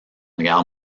guerre